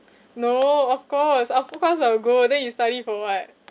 no of course of course I will go then you study for [what]